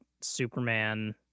Superman